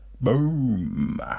Boom